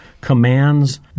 commands